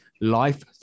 life